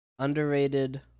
underrated